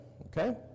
Okay